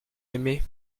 aimaient